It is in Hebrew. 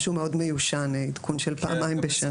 משהו מאוד מיושן, עדכון של פעמיים בשנה.